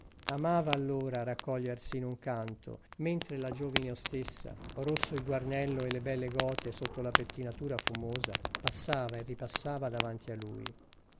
amava allora raccogliersi in un canto mentre la giovine ostessa rosso il guarnello e le belle gote sotto la pettinatura fumosa passava e ripassava davanti a lui